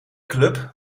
club